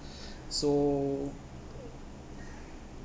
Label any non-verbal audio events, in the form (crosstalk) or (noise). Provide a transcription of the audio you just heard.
(breath) so